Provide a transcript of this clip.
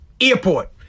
Airport